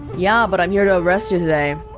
yeah, but i'm here to arrest you today